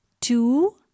two